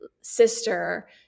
sister